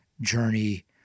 journey